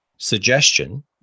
suggestion